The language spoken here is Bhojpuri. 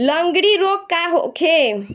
लगंड़ी रोग का होखे?